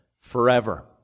forever